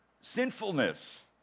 sinfulness